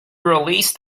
release